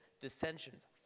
dissensions